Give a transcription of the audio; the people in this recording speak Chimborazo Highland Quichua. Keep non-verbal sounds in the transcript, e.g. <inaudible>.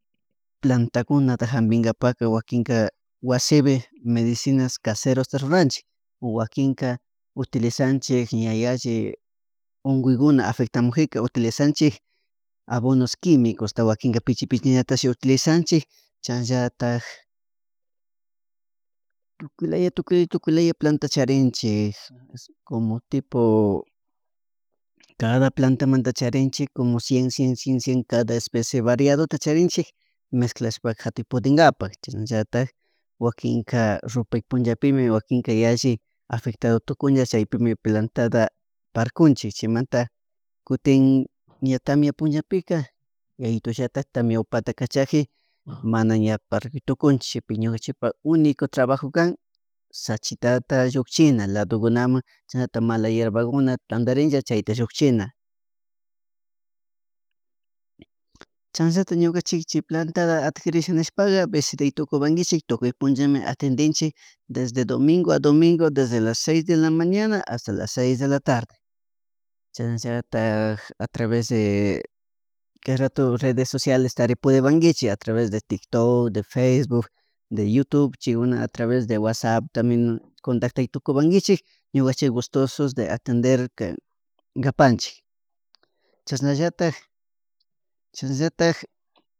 Plantakunata jampikpaka wakinka wasipi medicinas caserasta ruranchik guakinka utilizanchik ña yalli unkuykuna afectamukpika utiliazanchik abonos quimicosta guakinka pichii pichi ñatasha utilizanchik, chasnallatik tukuylaya tukuylaya charinchik como tipo cada plantamanta charinchik como cien cien cien cada especie variadota charinchik mezclashpa katuypudinkapak shinallatak wakinka rupay punchapi wakinkia yalli afectado tukunla chaypimi plantata tarpunchik chaymanta cutin ña tamia punchapika yayatullatitak tamia upata cachaji mana ña tarpuy tukunchik chay pi ñukachik unico trabajo kan sachitata llukchina ladokunamana chashanallata mala hiervakuna tantarincha chayta llukchina. Chanllata ñukanchikchik planta adquirishpa nishaka visitaytukupankichik tukuy punchami atendichi desde domingo a domingo desde las seis de la mañana hasta seis de la tarde chashnallatak a traves de <hesitation> kay rato redes sociales taripudipankichik a traves de tik tok de facebook de you tube o a travez de watsap tambien ña contatactay pudipankichik ñukanchik gustosis de atender kapanchik chashanllatak chasnallatak